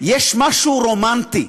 יש משהו רומנטי,